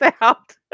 out